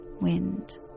wind